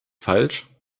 falsch